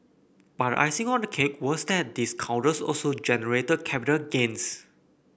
but the icing on the cake was that these counters also generated capital gains